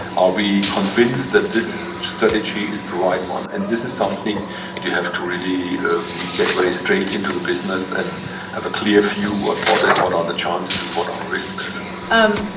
are we convinced that this strategy is the right one? and this is something you have to really get very straight into the business and have a clear view what but but are the chances and what are risks um